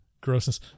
grossness